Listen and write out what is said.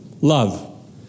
love